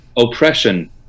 oppression